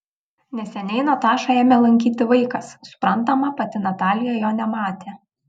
neseniai natašą ėmė lankyti vaikas suprantama pati natalija jo nematė